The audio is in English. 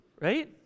right